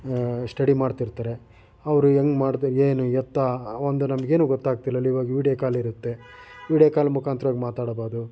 study ಮಾಡ್ತಿರ್ತಾರೆ ಅವರು ಹೆಂಗೆ ಮಾಡಿದೆ ಏನು ಎತ್ತ ಒಂದು ನಮಗೆ ಏನು ಗೊತ್ತಾಗ್ತಿರಲಿಲ್ಲ ಇವಾಗ ವಿಡಿಯೋ ಕಾಲ್ ಇರುತ್ತೆ ವಿಡಿಯೋ ಕಾಲ್ ಮುಖಾಂತರವಾಗಿ ಮಾತಾಡಬೋದು